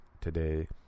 today